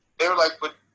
they were like, but,